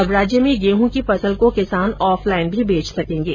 अब राज्य में गेहूं की फसल को किसान ऑफलाइन भी बेच सकेंगे